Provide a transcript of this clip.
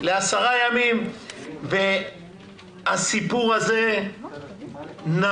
ל-10 ימים והסיפור הזה נמוג.